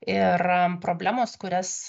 ir problemos kurias